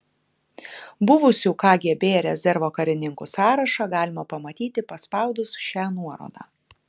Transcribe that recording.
buvusių kgb rezervo karininkų sąrašą galima pamatyti paspaudus šią nuorodą